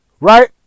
Right